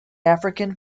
african